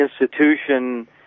institution